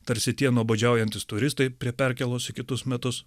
tarsi tie nuobodžiaujantys turistai prie perkėlos į kitus metus